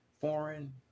foreign